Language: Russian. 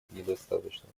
недостаточно